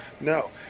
No